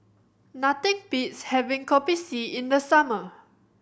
nothing beats having Kopi C in the summer